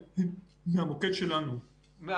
זה